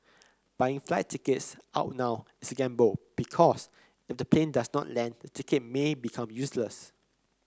buying flight tickets out now is gamble because if the plane does not land the ticket may become useless